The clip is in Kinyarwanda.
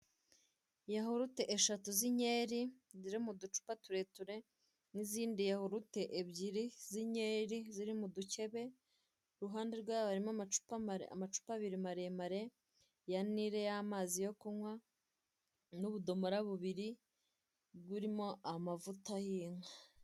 Yahurute eshatu z'inkeri ziri mu ducupa tureture, n'izindi hurute ebyiri z'inkeri ziri mu dukebe, ku ruhande rwayo harimo amacupa abiri maremare ya nire y'amazi yo kunywa n'ubudomara bubiri burimo amavuta y'inka.